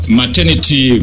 maternity